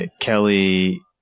Kelly